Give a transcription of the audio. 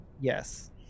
Yes